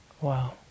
Wow